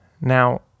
Now